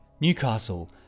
Newcastle